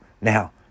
Now